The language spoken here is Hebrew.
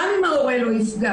גם אם ההורה לא יפגע,